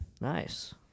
Nice